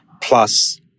plus